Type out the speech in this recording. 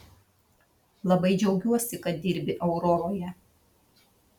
labai džiaugiuosi kad dirbi auroroje